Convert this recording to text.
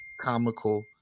comical